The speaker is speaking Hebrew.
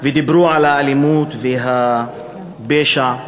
ודיברו על האלימות, ועל הפשע,